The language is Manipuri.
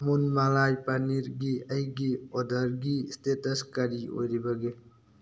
ꯑꯃꯨꯜ ꯃꯂꯥꯏ ꯄꯅꯤꯔꯒꯤ ꯑꯩꯒꯤ ꯑꯣꯔꯗꯔꯒꯤ ꯏꯁꯇꯦꯇꯁ ꯀꯔꯤ ꯑꯣꯏꯔꯤꯕꯒꯦ